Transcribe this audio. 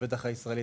ובטח הישראלית,